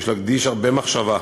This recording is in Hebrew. יש להקדיש הרבה מחשבה,